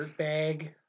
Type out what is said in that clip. dirtbag